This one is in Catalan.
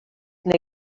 nega